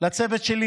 לצוות שלי,